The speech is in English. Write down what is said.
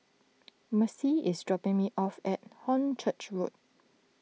Marci is dropping me off at Hornchurch Road